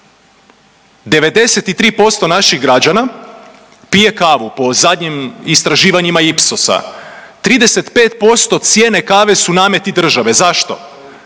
93% naših građana pije kavu po zadnjim istraživanjima Ipsosa. 35% cijene kave su nameti države zašto,